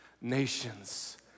nations